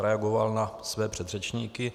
Reagoval bych na své předřečníky.